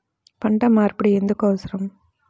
పంట మార్పిడి ఎందుకు అవసరం?